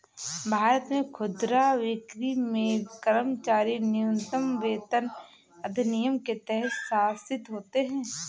भारत में खुदरा बिक्री में कर्मचारी न्यूनतम वेतन अधिनियम के तहत शासित होते है